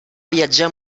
viatjar